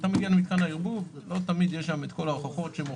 אתה מגיע למתקן הערבוב ולא תמיד יש שם את